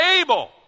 able